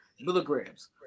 milligrams